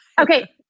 Okay